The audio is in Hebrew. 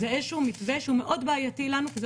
זה איזשהו מתווה שהוא מאוד בעייתי לנו כי זה